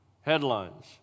headlines